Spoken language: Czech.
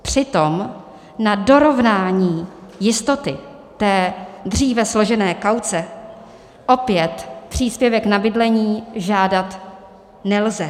Přitom na dorovnání jistoty té dříve složené kauce opět příspěvek na bydlení žádat nelze.